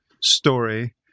story